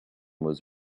was